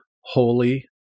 holy